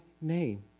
name